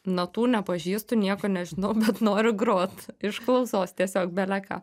natų nepažįstu nieko nežinau bet noriu grot iš klausos tiesiog bele ką